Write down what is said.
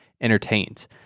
entertained